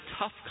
tough